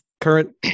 current